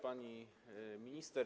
Pani Minister!